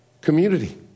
community